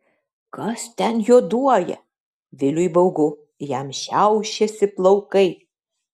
kas ten juoduoja viliui baugu jam šiaušiasi plaukai